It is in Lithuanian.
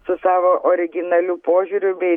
su savo originaliu požiūriu bei